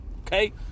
Okay